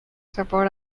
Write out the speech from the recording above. support